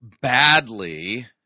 Badly